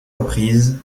reprises